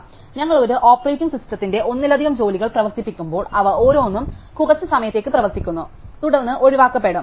അതിനാൽ ഞങ്ങൾ ഒരു ഓപ്പറേറ്റിംഗ് സിസ്റ്റത്തിൽ ഒന്നിലധികം ജോലികൾ പ്രവർത്തിപ്പിക്കുമ്പോൾ അവ ഓരോന്നും കുറച്ച് സമയത്തേക്ക് പ്രവർത്തിക്കുന്നു തുടർന്ന് ഒഴിവാക്കപ്പെടും